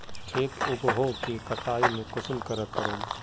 खेत उगोहो के कटाई में कुंसम करे करूम?